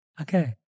Okay